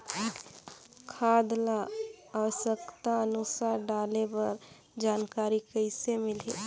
खाद ल आवश्यकता अनुसार डाले बर जानकारी कइसे मिलही?